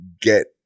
get